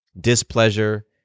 Displeasure